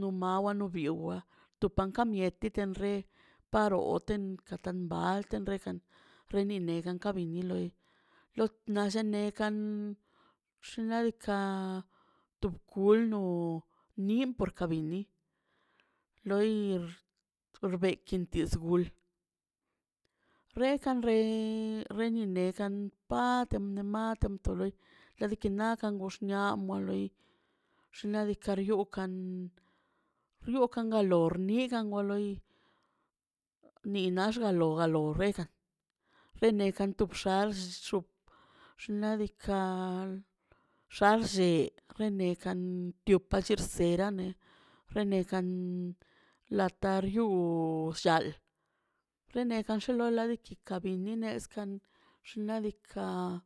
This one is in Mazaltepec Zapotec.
no mawa no biewa' tu panka miete den re paro oten katan baalte rekan reni negan kabi nil lo nalle ne kan xnaꞌ diikaꞌ tob kulno no minl porka kabini loi xbe ken tsbul rekan re reni ne kan palt matlten to roi rediken nakan gox niakan por roi xnaꞌ diikaꞌ wyokan wyokan galor nika goroi nina xga alo galo regan rene kantu bxa xuu xnaꞌ diikaꞌ xalle rene kantiu palchisup serane rene kan lantaryu shaḻꞌ rene ganxe lo la diiki ka biṉ iṉesꞌkan xnaꞌ diikaꞌ